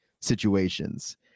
situations